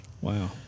wow